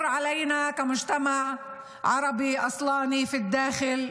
חמישה לוחמים מסיירת הנח"ל נפלו.